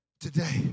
Today